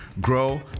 grow